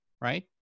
right